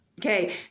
Okay